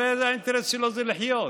הרי האינטרס שלו זה לחיות.